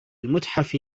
المتحف